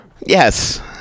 Yes